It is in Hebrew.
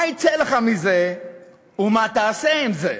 מה יצא לך מזה ומה תעשה עם זה?